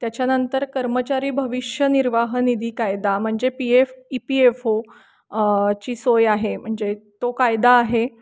त्याच्यानंतर कर्मचारी भविष्य निर्वाह निधी कायदा म्हणजे P F E P F O ची सोय आहे म्हणजे तो कायदा आहे